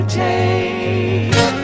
take